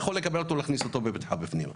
לקבל אותו ולהכניס אותו בבטחה לבית הספר.